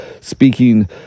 speaking